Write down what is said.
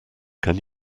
can